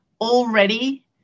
already